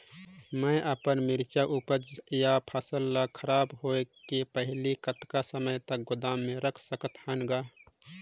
मैं अपन मिरचा ऊपज या फसल ला खराब होय के पहेली कतका समय तक गोदाम म रख सकथ हान ग?